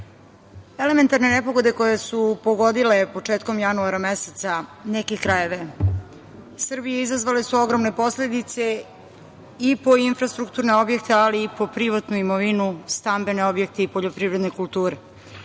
elementarne nepogode koje su pogodile početkom januara mesece neke krajeve Srbije, izazvale su ogromne posledice i po infrastrukturne objekte, ali i po privatnu imovinu, stambene objekte i poljoprivredne kulture. Žao